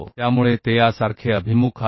इसलिए चाहे वे इस तरह उन्मुख हों